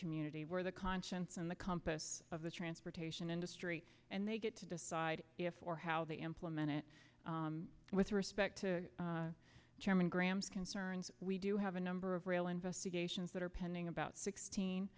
community where the conscience and the compass of the transportation industry and they get to decide if or how they implement it with respect to chairman graham's concerns we do have a number of rail investigations that are pending about sixteen